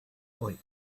point